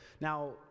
Now